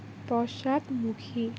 পশ্চাদমুখী